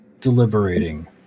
deliberating